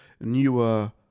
newer